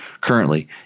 currently